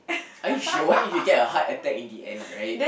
are you sure what if you get a heart attack in the end right